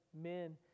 men